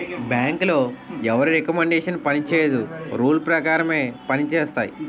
బ్యాంకులో ఎవరి రికమండేషన్ పనిచేయదు రూల్ పేకారం పంజేత్తాయి